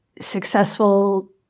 successful